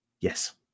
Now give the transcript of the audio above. Yes